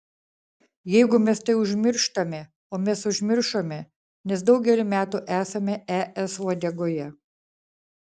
jeigu mes tai užmirštame o mes užmiršome nes daugelį metų esame es uodegoje